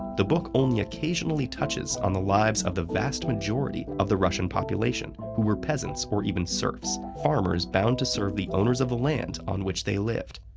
the book only occasionally touches on the lives of the vast majority of the russian population, who were peasants, or even serfs, farmers bound to serve the owners of the land on which they lived.